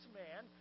man